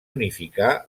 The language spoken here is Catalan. unificar